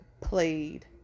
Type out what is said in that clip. played